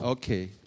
Okay